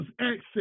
access